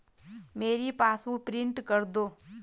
मेरी passbook print कर दो